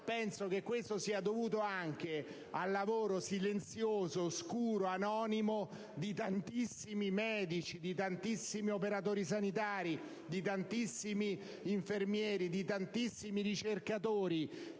Nazione ha, ma anche al lavoro silenzioso, oscuro, anonimo, di tantissimi medici, di tantissimi operatori sanitari, di tantissimi infermieri, di tantissimi ricercatori,